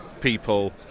people